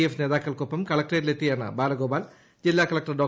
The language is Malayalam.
എഫ് നേതാക്കൾക്കൊപ്പം കളക്ടറേറ്റിലെത്തിയാണ് ബാലഗോപാൽ ജില്ലാ കളക്ടർ ഡോ